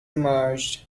emerged